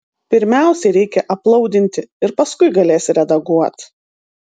pirmiausiai reikia aplaudinti ir paskui galėsi redaguot